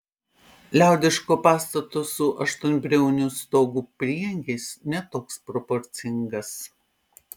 liaudiško pastato su aštuonbriauniu stogu prieangis ne toks proporcingas